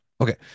Okay